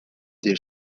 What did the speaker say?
their